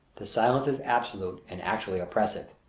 the silence is absolute and actually oppressive.